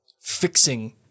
fixing